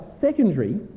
secondary